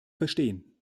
verstehen